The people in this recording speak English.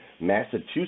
Massachusetts